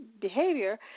behavior